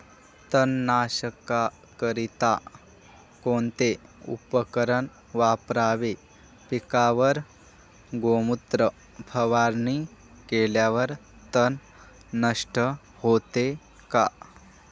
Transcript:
तणनाशकाकरिता कोणते उपकरण वापरावे? पिकावर गोमूत्र फवारणी केल्यावर तण नष्ट होते का?